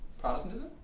Protestantism